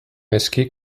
eski